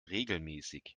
regelmäßig